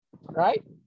right